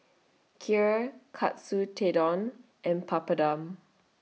Kheer Katsu Tendon and Papadum